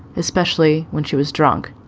especially when she was drunk.